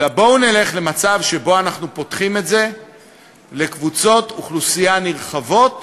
אלא בואו נלך למצב שבו אנחנו פותחים את זה לקבוצות אוכלוסייה נרחבות